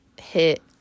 hit